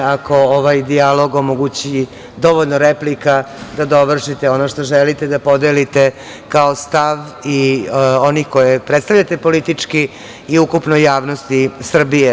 Niko sretniji od mene ako ovaj dijalog omogući dovoljno replika da dovršite ono što želite da podelite kao stav i one koje predstavljate politički i ukupnoj javnosti Srbije.